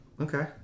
Okay